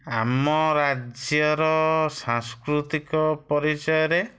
ଆମ ରାଜ୍ୟର ସାଂସ୍କୃତିକ ପରିଚୟରେ